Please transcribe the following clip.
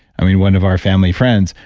i mean, one of our family friends,